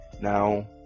now